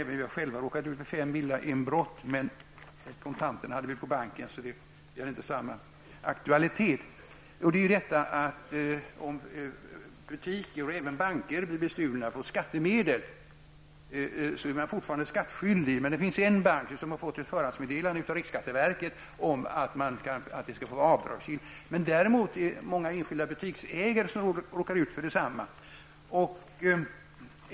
Min familj har själv råkat ut för fem villainbrott -- kontanterna hade vi på banken så det hade inte samma aktualitet. När butiker och även banker blir bestulna på skattemedel så är man fortfarande skattskyldig. Det finns en bank som har fått ett förhandsmeddelande från riksskatteverket om att det skall få vara avdragsgillt. Många enskilda butiksägare råkar också ut för rån och butiksstölder.